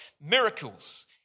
miracles